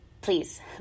please